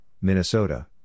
Minnesota